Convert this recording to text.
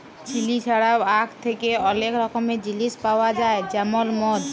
chilli ছাড়াও আখ থ্যাকে অলেক রকমের জিলিস পাউয়া যায় যেমল মদ